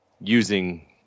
using